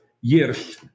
years